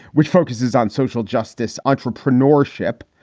which focuses on social justice, entrepreneurship.